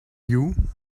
you